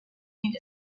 need